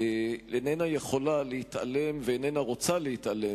איננה יכולה להתעלם ואיננה רוצה להתעלם